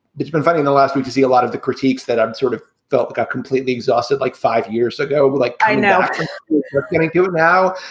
it's been fighting the last week. you see a lot of the critiques that i've sort of felt like got completely exhausted like five years ago. but like, i know you're going to do it now.